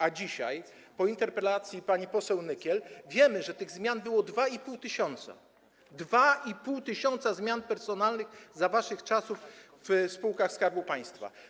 A dzisiaj, po interpelacji pani poseł Nykiel, wiemy, że tych zmian było 2,5 tys., 2,5 tys. zmian personalnych za waszych czasów w spółkach Skarbu Państwa.